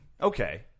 okay